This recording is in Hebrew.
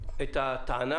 את הטענה